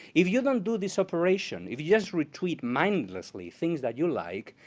if you don't do this operation. if you just retweet mindlessly things that you like,